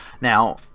Now